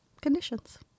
conditions